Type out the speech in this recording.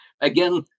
again